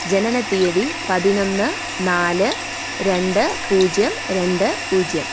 ജനനത്തീയതി പതിനൊന്ന് നാല് രണ്ട് പൂജ്യം രണ്ട് പൂജ്യം